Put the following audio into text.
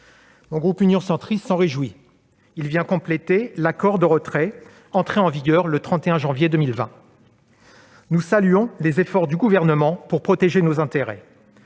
Le groupe Union Centriste s'en réjouit. Cet accord vient compléter l'accord de retrait entré en vigueur le 31 janvier 2020. Nous saluons les efforts du Gouvernement pour protéger nos intérêts